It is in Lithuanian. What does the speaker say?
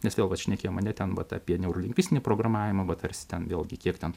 nes vėl vat šnekėjimom ane ten vat apie neurolingvistinį programavimą va tarsi ten vėlgi kiek ten